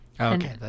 Okay